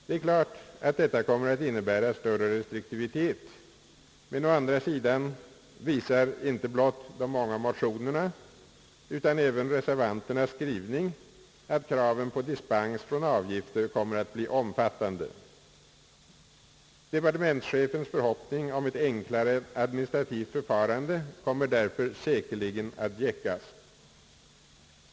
Det är klart att detta kommer att innebära större restriktivitet, men å andra sidan visar icke blott de många motionerna utan även reservanternas skrivning, att kraven på dispens från avgifter kommer att bli omfattande. Departementschefens förhoppningar om ett enklare administrativt förfarande kommer därför säkerligen att gäckas.